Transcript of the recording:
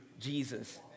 Jesus